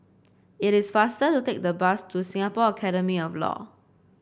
it is faster to take the bus to Singapore Academy of Law